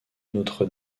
notre